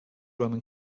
roman